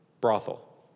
brothel